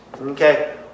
Okay